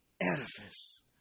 edifice